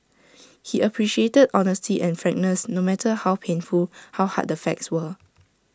he appreciated honesty and frankness no matter how painful how hard the facts were